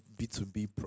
B2B